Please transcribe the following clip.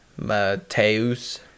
Mateus